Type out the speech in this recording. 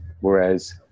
Whereas